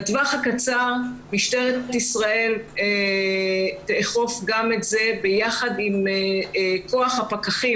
לטווח הקצר משטרת ישראל תאכוף גם את זה ביחד עם כוח הפקחים,